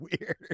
weird